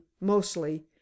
mostly